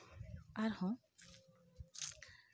ᱟᱨᱦᱚᱸ